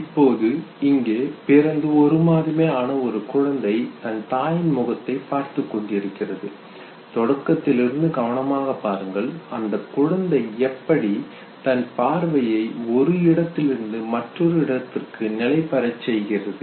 இப்போது இங்கே பிறந்து ஒரு மாதமே ஆன ஒரு குழந்தை தன் தாயின் முகத்தைப் பார்த்துக் கொண்டிருக்கிறது தொடக்கத்திலிருந்து கவனமாக பாருங்கள் அந்த குழந்தை எப்படி தன் பார்வையை ஒரு இடத்திலிருந்து மற்றொரு இடத்திற்கு நிலைபெறச் செய்கிறது